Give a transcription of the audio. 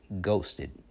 ghosted